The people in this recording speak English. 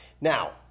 Now